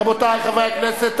רבותי חברי הכנסת,